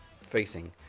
facing